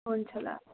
हुन्छ ल